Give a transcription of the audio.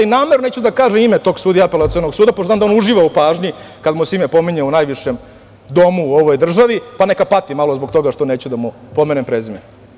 Namerno neću da kažem ime tog sudije Apelacionog suda, pošto znam da on uživa u pažnji kada mu se ime pominje u najvišem domu u ovoj državi, pa neka pati malo zbog toga što neću da mu pomenem prezime.